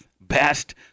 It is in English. best